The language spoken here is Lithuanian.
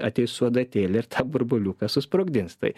ateis su adatėle ir tą burbuliuką susprogdins tai